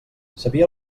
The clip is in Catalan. sabia